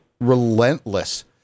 relentless